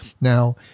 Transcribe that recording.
Now